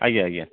ଆଜ୍ଞା ଆଜ୍ଞା